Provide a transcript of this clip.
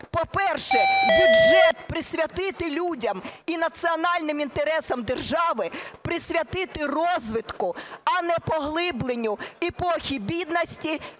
по-перше, бюджет присвятити людям і національним інтересам держави, присвятити розвитку, а не поглибленню епохи бідності,